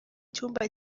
cyumba